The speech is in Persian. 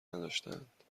نداشتند